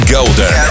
Golden